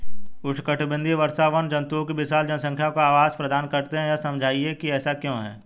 उष्णकटिबंधीय वर्षावन जंतुओं की विशाल जनसंख्या को आवास प्रदान करते हैं यह समझाइए कि ऐसा क्यों है?